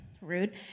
rude